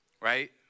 right